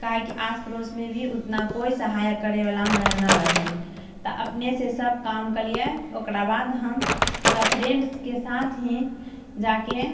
काहेकि आस पड़ोसमे भी ओतना कोइ सहाय करैवला हमरा नहि रहै तऽ अपनेसँ सब काम केलिए ओकराबाद हम सब फ्रेन्ड्सके साथ ही जाकऽ